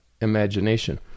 imagination